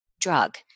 drug